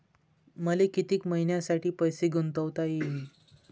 मले कितीक मईन्यासाठी पैसे गुंतवता येईन?